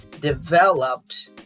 developed